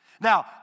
Now